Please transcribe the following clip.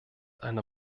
einer